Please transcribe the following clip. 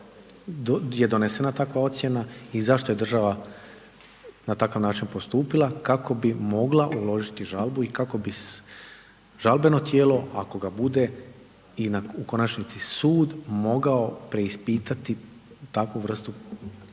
je donesena takva ocjena i zašto je država na takav način postupila kako bi mogla uložiti žalbu i kako bi žalbeno tijelo ako ga bude u konačnici su mogao preispitati takvu vrstu postupanja